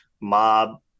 mob